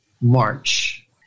March